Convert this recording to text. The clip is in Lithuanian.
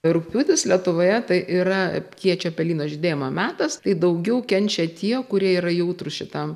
rugpjūtis lietuvoje tai yra kiečio pelyno žydėjimo metas tai daugiau kenčia tie kurie yra jautrūs šitam